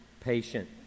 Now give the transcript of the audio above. patient